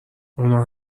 اونها